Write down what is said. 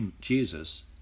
Jesus